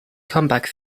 comeback